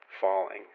Falling